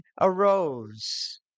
arose